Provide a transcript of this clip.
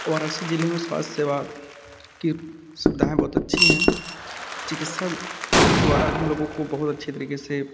वाराणसी जिले में स्वास्थ्य सेवा की सुवधाएँ बहुत अच्छी हैं चिकित्सा द्वारा हम लोगों को बहुत अच्छी तरीके से